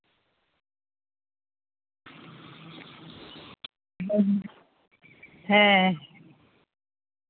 hello ᱦᱮᱸ